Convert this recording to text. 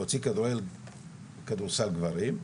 להוציא כדורגל וכדורסל גברים,